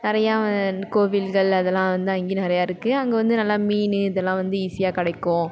நிறையா கோவில்கள் அதெல்லாம் வந்து அங்கேயும் நிறையா இருக்குது அங்கே வந்து நல்ல மீன் இதெல்லாம் வந்து ஈஸியாக கிடைக்கும்